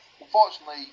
unfortunately